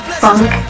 funk